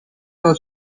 non